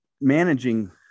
managing